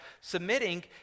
submitting